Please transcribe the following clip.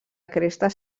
crestes